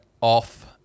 off